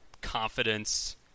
confidence